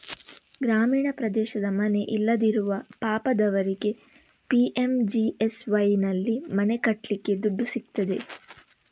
ಗ್ರಾಮೀಣ ಪ್ರದೇಶದ ಮನೆ ಇಲ್ಲದಿರುವ ಪಾಪದವರಿಗೆ ಪಿ.ಎಂ.ಜಿ.ಎ.ವೈನಲ್ಲಿ ಮನೆ ಕಟ್ಲಿಕ್ಕೆ ದುಡ್ಡು ಸಿಗ್ತದೆ